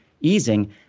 easing